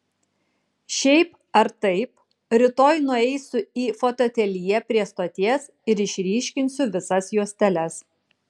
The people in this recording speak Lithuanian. šiaip ar taip rytoj nueisiu į fotoateljė prie stoties ir išryškinsiu visas juosteles